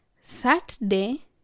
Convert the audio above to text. Saturday